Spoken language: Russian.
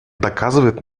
доказывает